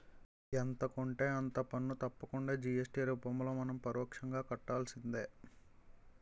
ఎంత కొంటే అంత పన్ను తప్పకుండా జి.ఎస్.టి రూపంలో మనం పరోక్షంగా కట్టాల్సిందే